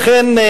לכן,